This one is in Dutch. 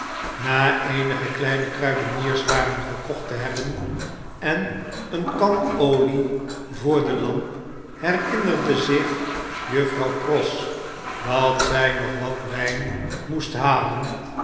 na eenige kleine kruidenierswaren gekocht te hebben en eene kan olie voor de lamp herinnerde zich juffrouw pross dat zg nog wat wijn moest halen